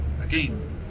Again